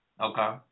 Okay